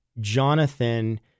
Jonathan